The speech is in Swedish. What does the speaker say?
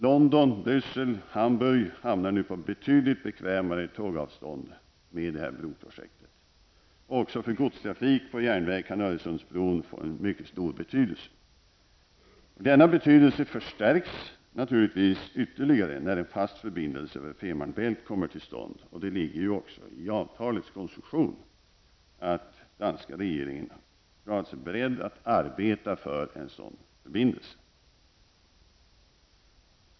London, Bryssel och Hamburg hamnar nu på betydligt bekvämare tågavstånd med det här broprojektet. Också för godstrafik på järnväg kan Öresundsbron få en mycket stor betydelse. Denna betydelse förstärks naturligtvis ytterligare när en fast förbindelse över Femer Bält kommer till stånd. Det ligger också i avtalets konstruktion att den danska regeringen förklarat sig beredd att arbeta för en sådan förbindelse.